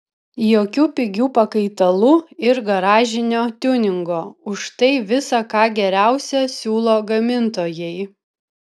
jokių pigių pakaitalų ir garažinio tiuningo užtai visa ką geriausia siūlo gamintojai